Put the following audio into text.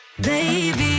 baby